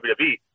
WWE